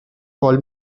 call